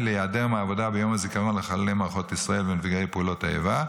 להעדר מהעבודה ביום הזיכרון לחללי מערכות ישראל ונפגעי פעולות האיבה,